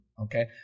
Okay